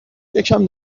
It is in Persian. یکم